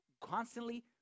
constantly